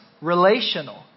relational